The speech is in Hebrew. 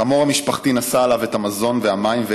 חמור המשפחה נשא עליו את המזון והמים,